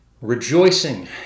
Rejoicing